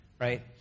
right